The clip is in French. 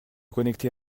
connecter